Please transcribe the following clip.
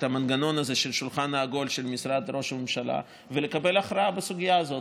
המנגנון הזה של שולחן עגול של משרד ראש הממשלה ולקבל הכרעה בסוגיה הזאת.